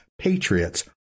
Patriots